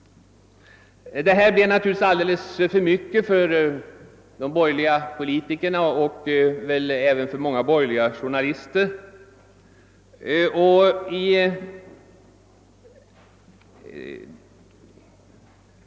Detta blev naturligtvis alldeles för mycket för de borgerliga politikerna och väl även för många borgerliga journalister.